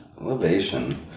Elevation